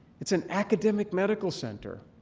it's an academic medical center.